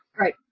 right